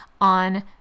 on